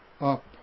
up